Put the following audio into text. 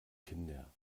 kinder